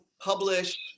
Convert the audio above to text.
publish